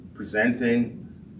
Presenting